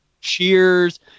cheers